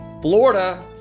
Florida